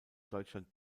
deutschland